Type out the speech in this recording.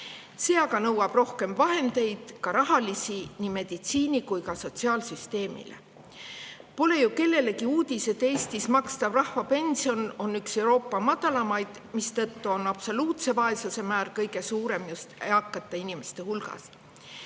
See aga nõuab rohkem vahendeid, ka rahalisi, nii meditsiini- kui ka sotsiaalsüsteemile. Pole ju kellelegi uudis, et Eestis makstav rahvapension on Euroopa üks madalamaid, mistõttu on absoluutse vaesuse määr kõige suurem just eakate inimeste hulgas.